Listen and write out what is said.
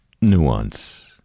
nuance